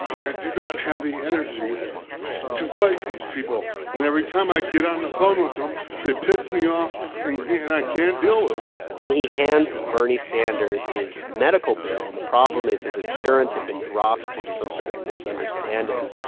and i do not have the energy to fight these people. and every time i get on the phone with them they piss me off, and yeah and i can't deal with them and he hands bernie sanders his medical bill, and the problem is his insurance had been dropped due to some sort of misunderstanding,